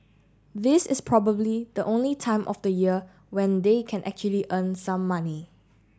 this is probably the only time of the year when they can actually earn some money